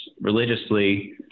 religiously